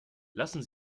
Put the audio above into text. lassen